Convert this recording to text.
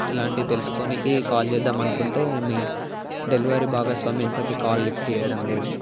ఇలాంటివి తెలుసుకోనీకి కాల్ చేద్దామనుకుంటే మీ డెలివరీ భాగస్వామి ఎంతకీ కాల్ లిఫ్ట్ చేయడం లేదు